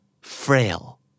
Frail